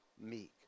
meek